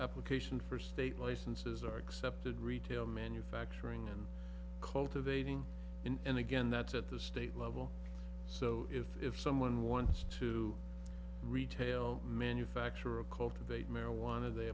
application for state licenses are accepted retail manufacturing and cultivating and again that's at the state level so if someone wants to retail manufacture a cultivate marijuana they